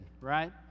right